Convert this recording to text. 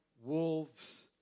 wolves